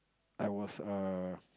I was err